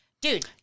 dude